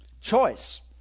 Choice